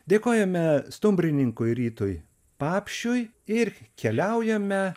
dėkojame stumbrininkui rytui papšiui ir keliaujame